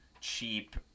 cheap